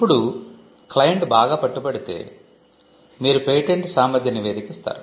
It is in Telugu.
ఇప్పుడు క్లయింట్ బాగా పట్టుబట్టితే మీరు పేటెంట్ సామర్థ్య నివేదిక ఇస్తారు